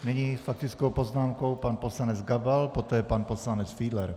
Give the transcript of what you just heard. Nyní s faktickou poznámkou pan poslanec Gabal, poté pan poslanec Fiedler.